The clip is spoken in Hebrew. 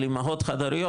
על אימהות חד-הוריות,